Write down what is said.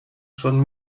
schon